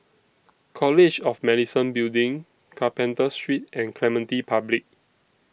College of Medicine Building Carpenter Street and Clementi Public